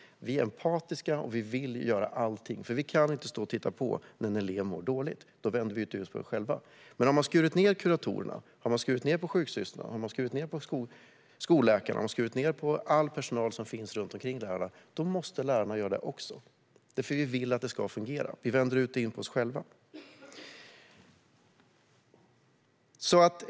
Vi är empatiska, och vi vill göra allting. Vi kan inte stå och titta på när en elev mår dåligt. Då vänder vi ut och in på oss själva. När man har skurit ned på antalet kuratorer, sjuksystrar, skolläkare och all personal som finns runt omkring lärarna, då måste lärarna göra detta också, därför att vi lärare vill att det ska fungera. Vi vänder ut och in på oss själva.